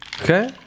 Okay